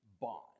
bond